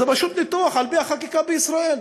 זה פשוט ניתוח על-פי החקיקה בישראל.